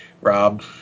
rob